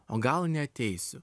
o gal neateisiu